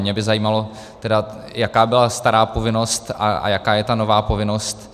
Mě by zajímalo, jaká byla stará povinnost a jaká je nová povinnost.